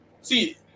see